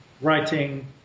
writing